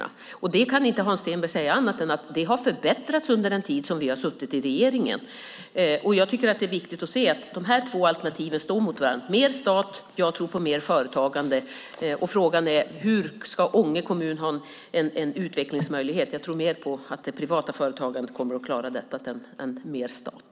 Hans Stenberg kan inte påstå annat än att det har förbättrats under den tid som vi innehaft regeringsmakten. Det är viktigt att inse att dessa två alternativ står mot varandra. Det talas om mer stat. Jag tror på mer företagande. Frågan är hur Ånge kommun ska ha möjligheter att utvecklas. Jag tror mer på att det privata företagandet kommer att klara det än på mer stat.